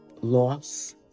loss